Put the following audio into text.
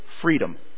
freedom